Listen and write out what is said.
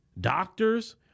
doctors